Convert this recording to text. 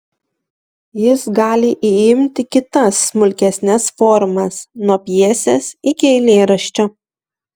jis gali įimti kitas smulkesnes formas nuo pjesės iki eilėraščio